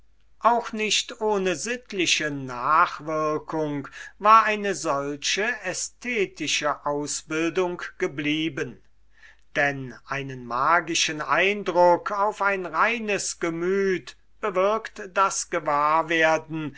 auch nicht ohne sittliche nachwirkung war eine solche ästhetische ausbildung geblieben denn einen magischen eindruck auf ein reines gemüt bewirkt das gewahrwerden